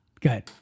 good